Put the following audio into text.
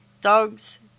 dogs